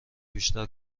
بیشتر